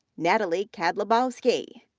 natalie kadlubowski,